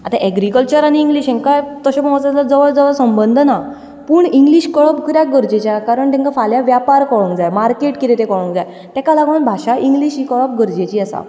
आतां एग्रीकलचर आनी इंग्लीश हांकां तशें पळोवंक वचत जाल्यार जवळ जवळ संबंद ना पूण इंग्लीश कळप कित्याक गरजेची कारण तांकां फाल्यां वेपार कळूंक जाय मार्केट कितें तें कळोंक जाय ताका लागून भाशा इंग्लीश ही कळप गरजेची आसा